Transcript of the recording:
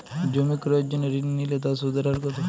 জমি ক্রয়ের জন্য ঋণ নিলে তার সুদের হার কতো?